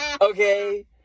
okay